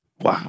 Wow